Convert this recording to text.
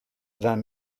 vingt